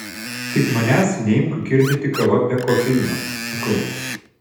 tik manęs neimk girdyti kava be kofeino sakau